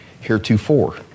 heretofore